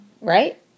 Right